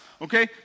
Okay